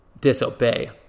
disobey